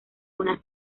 una